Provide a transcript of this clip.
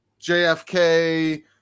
JFK